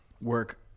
work